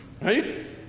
Right